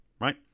right